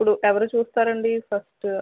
ఇప్పుడు ఎవరు చూస్తారండీ ఫస్టు